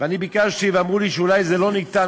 ואני ביקשתי ואמרו לי שאולי זה לא ניתן,